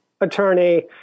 attorney